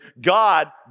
God